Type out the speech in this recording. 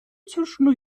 zwischen